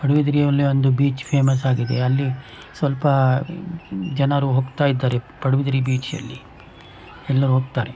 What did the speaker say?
ಪಡುಬಿದ್ರಿಯಲ್ಲಿ ಒಂದು beach famous ಆಗಿದೆ ಅಲ್ಲಿ ಸ್ವಲ್ಪ ಜನರು ಹೋಗ್ತಾಯಿದ್ದಾರೆ ಪಡುಬಿದ್ರಿ ಬೀಚಲ್ಲಿ ಎಲ್ಲ ಹೋಗ್ತಾರೆ